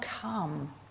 come